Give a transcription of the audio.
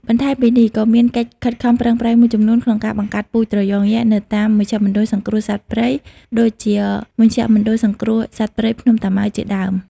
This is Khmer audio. បន្ថែមពីនេះ ក៏មានកិច្ចខិតខំប្រឹងប្រែងមួយចំនួនក្នុងការបង្កាត់ពូជត្រយងយក្សនៅតាម មជ្ឈមណ្ឌលសង្គ្រោះសត្វព្រៃ ដូចជាមជ្ឈមណ្ឌលសង្គ្រោះសត្វព្រៃភ្នំតាម៉ៅជាដើម។